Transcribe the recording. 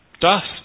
Dust